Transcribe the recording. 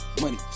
Money